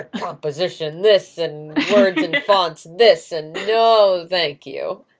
composition this and words and fonts this and no thank you!